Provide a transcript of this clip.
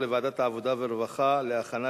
הרווחה והבריאות נתקבלה.